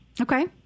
Okay